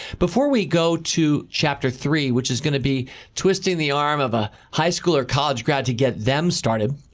before we go to chapter three, which is going to be twisting the arm of a high school or college grad to get them started,